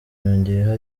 yongeyeho